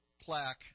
plaque